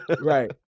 Right